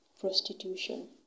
prostitution